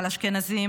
על אשכנזים,